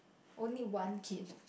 only one kid